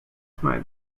might